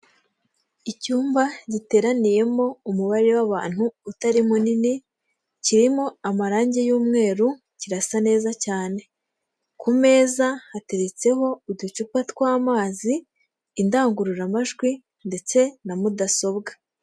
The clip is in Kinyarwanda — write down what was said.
Icyumba giteraniyemo umubare w'abantu utari munini kirimo amarangi y'umweru kirasa neza cyane, ku meza hateretseho uducupa tw'amazi, indangururamajwi ndetse na mudasobwa.